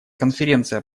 конференция